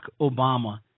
Obama